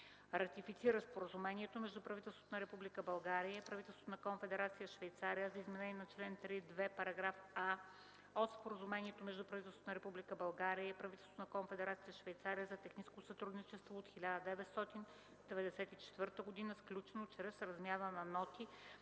ратифициране на Споразумението между правителството на Република България и правителството на Конфедерация Швейцария за изменение на чл. 3.2, параграф „а” от Споразумението между правителството на Република България и правителството на Конфедерация Швейцария за техническо сътрудничество, внесен от Министерския съвет.